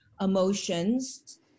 emotions